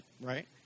Right